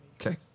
Okay